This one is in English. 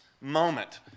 moment